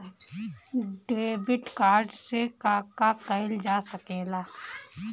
Debit card से का का कइल जा सके ला?